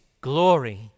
glory